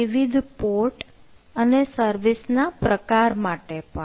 વિવિધ પોર્ટ અને સર્વિસ ના પ્રકાર માટે પણ